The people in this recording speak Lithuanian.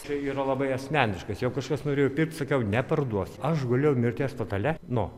tai yra labai asmeniškas jau kažkas norėjo pirkt sakau neparduosiu aš gulėjau mirties patale nu